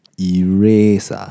Erase